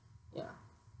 ya